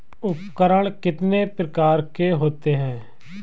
उपकरण कितने प्रकार के होते हैं?